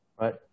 right